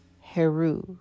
Heru